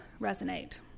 resonate